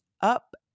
up